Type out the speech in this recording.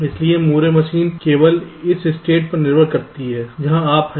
इसलिए Moore machine अगले state केवल इस स्टेट पर निर्भर करती है जहां आप हैं